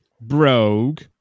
Brogue